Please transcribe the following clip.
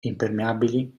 impermeabili